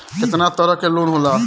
केतना तरह के लोन होला?